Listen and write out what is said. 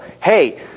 hey